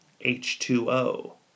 H2O